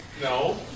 No